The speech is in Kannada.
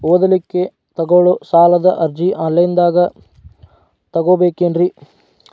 ಓದಲಿಕ್ಕೆ ತಗೊಳ್ಳೋ ಸಾಲದ ಅರ್ಜಿ ಆನ್ಲೈನ್ದಾಗ ತಗೊಬೇಕೇನ್ರಿ?